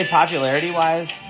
popularity-wise